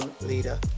leader